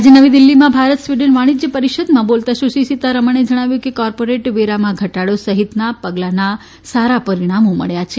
આજે નવી દિલ્ફીમાં ભારત સ્વીડન વાણિજ્ય પરિષદમાં બોલતાં સુશ્રી સીતારમણે જણાવ્યું કે કોર્પોરિટ વેરામાં ઘટાડો સહિતનાં પગલાંના સારાં પરિણામો મળ્યાં છે